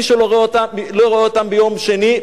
מי שלא רואה אותם ביום שני,